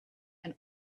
and